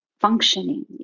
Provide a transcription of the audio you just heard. functioning